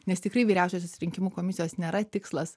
nes tikrai vyriausiosios rinkimų komisijos nėra tikslas